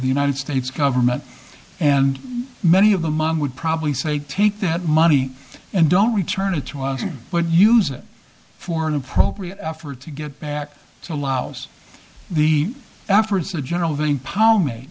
the united states government and many of the mom would probably say take that money and don't return it to us but use it for an appropriate effort to get back to laos the afterwards the general vang pao ma